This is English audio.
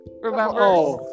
Remember